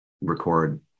record